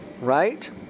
right